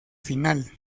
final